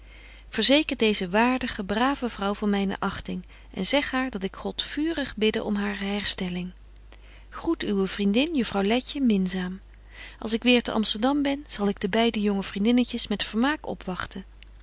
verzeker deeze waardige brave vrouw van myne achting en zeg haar dat ik god vurig bidde om hare herstelling groet uwe vriendin juffrouw letje minzaam als ik weer te amsterdam ben zal ik de beide jonge vriendinnetjes met vermaak opwagten